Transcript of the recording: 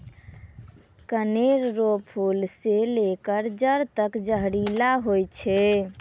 कनेर रो फूल से लेकर जड़ तक जहरीला होय छै